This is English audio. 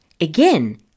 again